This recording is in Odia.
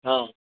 ହଁ